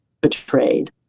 betrayed